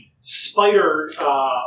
spider